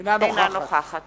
אינה נוכחת